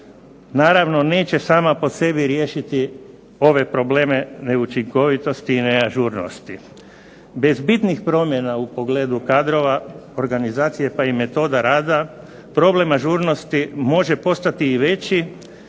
naravno neće sama po sebi riješiti ove probleme neučinkovitosti i neažurnosti. Bez bitnih promjena u pogledu kadrova, organizacije, pa i metoda rada problem ažurnosti može postati i veći